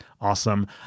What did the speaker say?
awesome